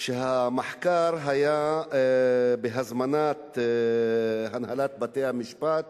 מחקר שהיה בהזמנת הנהלת בתי-המשפט